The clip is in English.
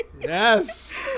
Yes